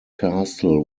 castle